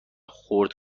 خرد